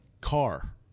car